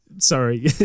sorry